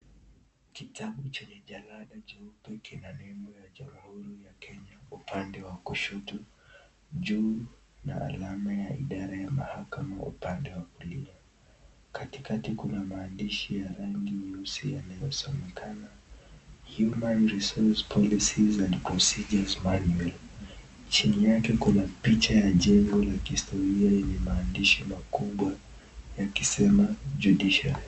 Kitabu chenye jalada nyeupe, kina nembo ya jamuhuri ya Kenya upande wa kushoto. Juu kluna alama ya idara ya mahakama upande wa kulia. Katikati kuna maandishi ya rangi nyeusi yanayosomeka human resource policies and procedures manual . Chini yake kuna picha ya kijengo yenye maandishi makubwa yakisema JUDICIARY .